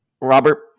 Robert